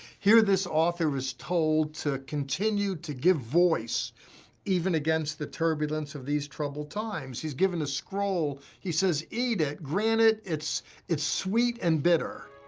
here, this author is told to continue to give voice even against the turbulence of these troubled times. he's given a scroll. he says, eat it, granted it's it's sweet and bitter.